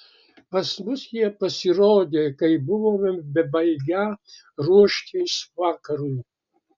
pas mus jie pasirodė kai buvome bebaigią ruoštis vakarui